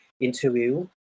interview